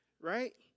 Right